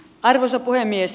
arvoisa puhemies